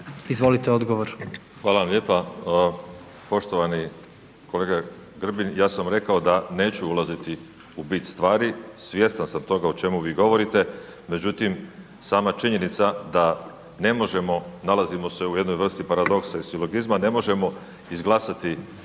(DP)** Hvala vam lijepa. Poštovani kolega Grbin, ja sam rekao da neću ulaziti u bit stvari, svjestan sam toga o čemu vi govorite, međutim sama činjenica da ne možemo, nalazimo se u jednoj vrsti paradoksa i silogizma, ne možemo izglasati